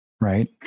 right